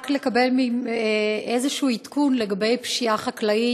רק לקבל איזה עדכון לגבי פשיעה חקלאית,